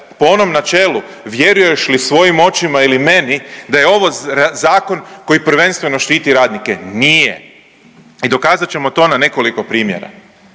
po onom načelu vjeruješ li svojim očima ili meni da je ovo zakon koji prvenstveno štiti radnike. Nije! I dokazat ćemo to na nekoliko primjera.